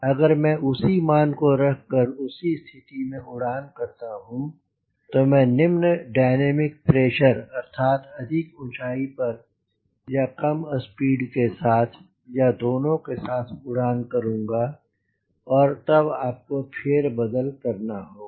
अगर मैं उसी मान को रख कर उसी स्थिति में उड़ान करता हूँ तो मैं निम्न डायनामिक प्रेशर अर्थात अधिक ऊंचाई पर या कम स्पीड के साथ या दोनों के साथ उड़ान करूँगा और तब आप को फेरबदल करना होगा